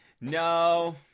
No